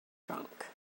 drunk